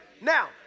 Now